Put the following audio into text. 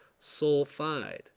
sulfide